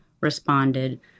responded